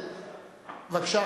בבקשה,